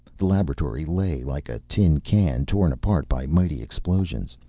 the laboratory lay like a tin can, torn apart by mighty explosions,